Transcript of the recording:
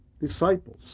Disciples